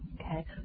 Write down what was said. Okay